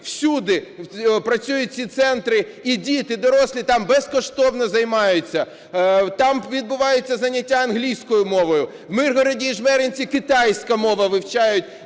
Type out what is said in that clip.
Всюди працюють ці центри і діти, дорослі там безкоштовно займаються. Там відбуваються заняття англійською мовою, у Миргороді і Жмеринці – китайську мову вивчають